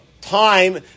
time